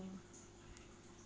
mm